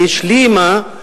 היא השלימה,